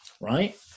right